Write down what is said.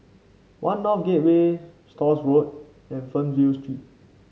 One North Gateway Stores Road and Fernvale Street